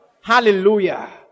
Hallelujah